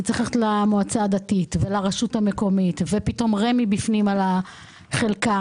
כי צריך ללכת למועצה הדתית ולרשות המקומית ופתאום רמ"י בפנים לגבי החלקה